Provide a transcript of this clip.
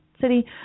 city